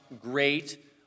great